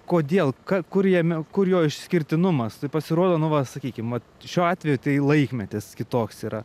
kodėl ką kur jame kur jo išskirtinumas pasirodo nu va sakykim vat šiuo atveju tai laikmetis kitoks yra